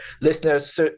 listeners